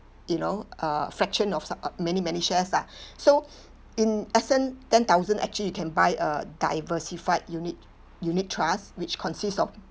you know uh fraction of s~ uh many many shares lah so in actual ten thousand actually you can buy a diversified unit unit trust which consist of